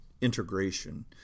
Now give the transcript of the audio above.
integration